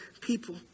people